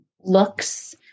looks